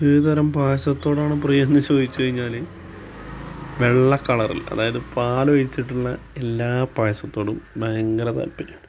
ഏത് തരം പയാസത്തോടാണ് പ്രിയം എന്ന് ചോദിച്ച് കഴിഞ്ഞാൽ വെള്ള കളറ്ള്ള അതായത് പാലൊഴിച്ചിട്ടുള്ള എല്ലാ പായസത്തോടും ഭയങ്കര താല്പര്യമാണ്